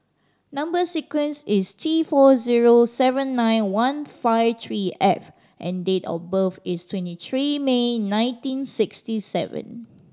number sequence is T four zero seven nine one five three F and date of birth is twenty three May nineteen sixty seven